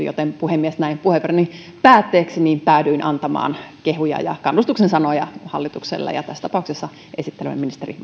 joten puhemies näin puheenvuoroni päätteeksi päädyin antamaan kehuja ja kannustuksen sanoja hallitukselle ja tässä tapauksessa esittelevälle ministeri